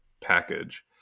package